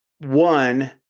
one